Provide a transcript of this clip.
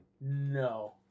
No